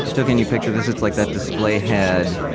so can you picture this? it's like that display head,